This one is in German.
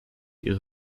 ihre